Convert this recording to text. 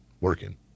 working